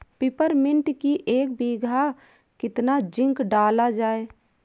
Peppermint की एक बीघा कितना जिंक डाला जाए?